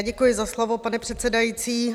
Děkuji za slovo, pane předsedající.